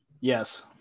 Yes